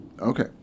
Okay